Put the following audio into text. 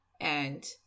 and-